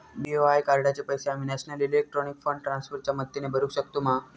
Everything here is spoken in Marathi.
बी.ओ.आय कार्डाचे पैसे आम्ही नेशनल इलेक्ट्रॉनिक फंड ट्रान्स्फर च्या मदतीने भरुक शकतू मा?